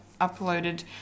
uploaded